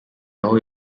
aho